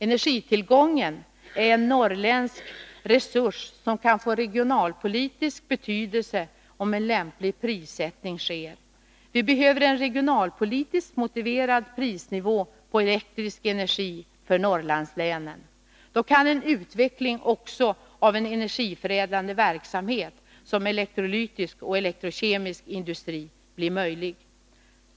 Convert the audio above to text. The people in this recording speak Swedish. Energi är en norrländsk resurs, som kan få regionalpolitisk betydelse om en lämplig prissättning sker. Vi behöver en regionalpolitiskt motiverad prisnivå på elektrisk energi för Norrlandslänen. Då kan en utveckling också av energiförädlande verksamhet, som elektrolytisk och elektrokemisk industri, bli möjlig.